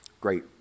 great